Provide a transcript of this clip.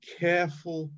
careful